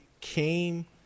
came